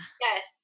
Yes